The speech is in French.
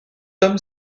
tom